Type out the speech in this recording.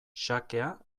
xakea